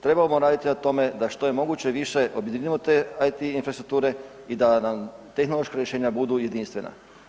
Trebamo raditi na tome da što je moguće više objedinimo te IT infrastrukture i da nam tehnološka rješenja budu jedinstvena.